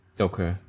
okay